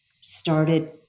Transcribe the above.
started